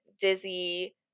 dizzy